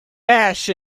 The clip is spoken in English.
ash